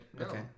Okay